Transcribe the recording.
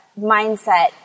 mindset